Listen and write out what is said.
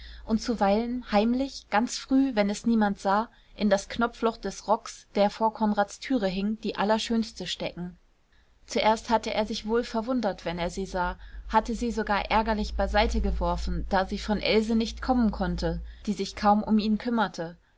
und zuweilen heimlich ganz früh wenn es niemand sah in das knopfloch des rocks der vor konrads türe hing die allerschönste stecken zuerst hatte er sich wohl verwundert wenn er sie sah hatte sie sogar ärgerlich beiseite geworfen da sie von else nicht kommen konnte die sich kaum um ihn kümmerte